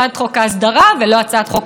כל אחד לא רצה אחד מהחוקים,